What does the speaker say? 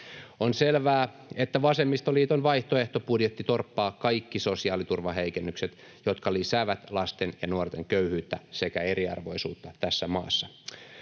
On selvää, että vasemmistoliiton vaihtoehtobudjetti torppaa kaikki sosiaaliturvan heikennykset, jotka lisäävät lasten ja nuorten köyhyyttä sekä eriarvoisuutta tässä maassa.